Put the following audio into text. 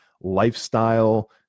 lifestyle